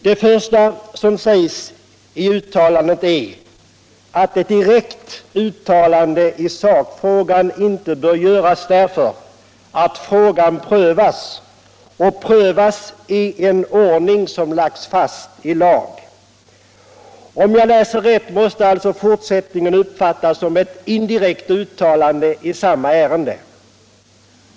Det första som sägs är att ett direkt uttalande i sakfrågan inte bör göras därför att frågan prövas —- och prövas i en ordning som lagts fast i lag. Om jag läser rätt måste alltså fortsättningen uppfattas som ett indirekt uttalande i samma ärende.